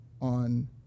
on